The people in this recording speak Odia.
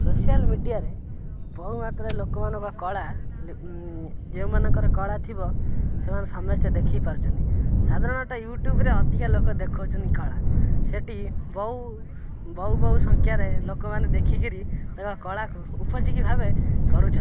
ସୋସିଆଲ ମିଡ଼ିଆରେ ବହୁ ମାତ୍ରାରେ ଲୋକମାନଙ୍କ କଳା ଯେଉଁମାନଙ୍କର କଳା ଥିବ ସେମାନେ ସମେସ୍ତେ ଦେଖେଇ ପାରୁଛନ୍ତି ସାଧାରଣତଃ ୟୁଟ୍ୟୁବରେ ଅଧିକା ଲୋକ ଦେଖାଉଛନ୍ତି କଳା ସେଟି ବହୁ ବହୁ ବହୁ ସଂଖ୍ୟାରେ ଲୋକମାନେ ଦେଖିକରି ତାଙ୍କ କଳାକୁ ଉପଯୋଗୀ ଭାବେ କରୁଛ